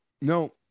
no